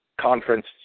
conference